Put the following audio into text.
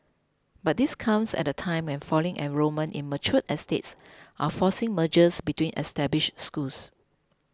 but this comes at a time when falling enrolment in mature estates are forcing mergers between established schools